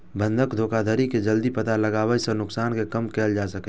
बंधक धोखाधड़ी के जल्दी पता लगाबै सं नुकसान कें कम कैल जा सकै छै